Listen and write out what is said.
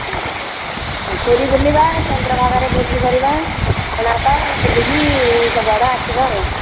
ହଁ ହଁ ପୁରୀ ବୁଲିବା ଚନ୍ଦ୍ରଭାଗା ରେ ଭୋଜି କରିବା କୋଣାର୍କ ବୁଲିକି ସବୁ ଆଡ଼େ ଆସିବା ଆଉ